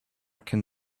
can